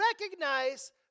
recognize